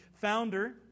founder